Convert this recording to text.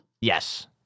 Yes